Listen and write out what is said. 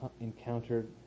encountered